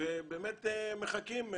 ובאמת מחכים,